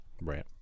Right